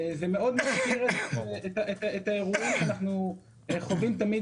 וזה מאוד מזכיר את האירועים שאנחנו חווים תמיד